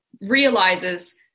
realizes